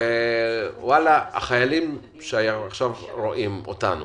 חיילים שעכשיו רואים אותנו